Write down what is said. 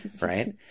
Right